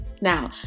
Now